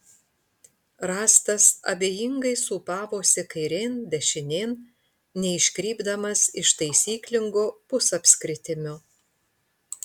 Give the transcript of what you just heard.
rąstas abejingai sūpavosi kairėn dešinėn neiškrypdamas iš taisyklingo pusapskritimio